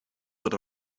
with